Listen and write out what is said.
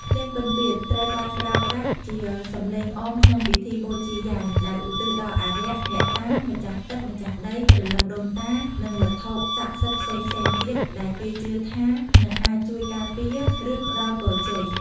ភ្លេងពិណពាទ្យត្រូវបានប្រើប្រាស់ជាសំឡេងអមក្នុងពិធីបូជាយញ្ញដែលឧទ្ទិសដល់អារក្ស អ្នកតា ម្ចាស់ទឹកម្ចាស់ដី ព្រលឹងដូនតា និងវត្ថុស័ក្តិសិទ្ធិផ្សេងៗទៀតដែលគេជឿថានឹងអាចជួយការពារ ឬផ្តល់ពរជ័យ។